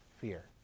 fear